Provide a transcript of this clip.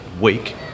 week